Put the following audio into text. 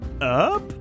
up